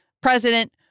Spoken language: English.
President